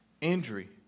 injury